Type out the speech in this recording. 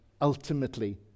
ultimately